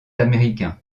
américain